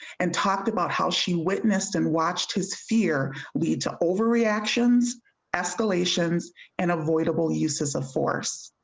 and talked about how she witnessed and watch his fear lead to overreact tions escalations and avoidable uses of force.